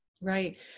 Right